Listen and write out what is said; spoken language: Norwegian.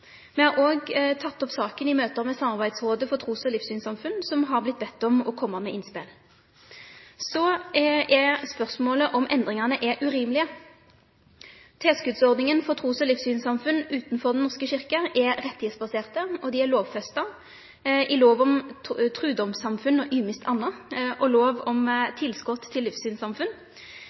Me har òg teke opp saka i møte med Samarbeidsrådet for tros- og livssynssamfunn, som har vorte bedt om å kome med innspel. Så er spørsmålet om endringane er urimelege. Tilskotsordningane for trus- og livssynssamfunn utanfor Den norske kyrkja er rettigheitsbaserte, og dei er lovfesta i lov om trudomssamfunn og ymist anna og i lov om tilskot til livssynssamfunn.